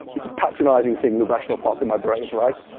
it's a patronizing thing, the rational part in my brain, right?